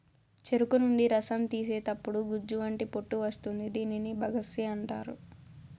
చెరుకు నుండి రసం తీసేతప్పుడు గుజ్జు వంటి పొట్టు వస్తుంది దీనిని బగస్సే అంటారు